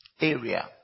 area